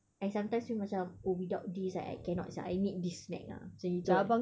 I sometimes feel macam oh without this I cannot sia I need this snack ah macam gitu eh